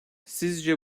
sizce